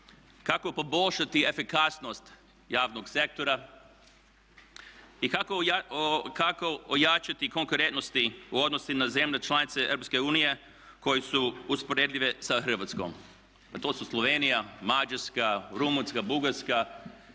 Kako poboljšati efikasnost javnog sektora i kako ojačati konkurentnosti u odnosu na zemlje članice Europske unije koje su usporedive sa Hrvatskom. A to su Slovenija, Mađarska, Rumunjska, Bugarska,